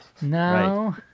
No